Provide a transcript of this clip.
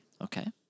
Okay